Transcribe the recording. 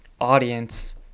audience